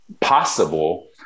possible